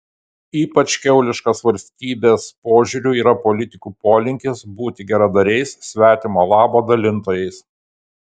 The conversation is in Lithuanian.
ypač kiauliškas valstybės požiūriu yra politikų polinkis būti geradariais svetimo labo dalintojais